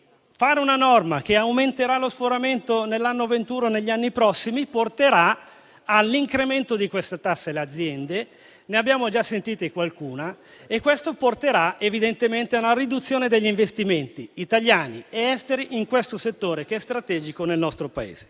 fare una norma che aumenterà lo sforamento negli anni prossimi porterà all'incremento di queste tasse alle aziende. Ne abbiamo già sentita qualcuna. Questo porterà, evidentemente, ad una riduzione degli investimenti, italiani ed esteri, in questo settore che è strategico per il nostro Paese.